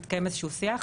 התקיים איזשהו שיח,